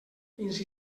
fins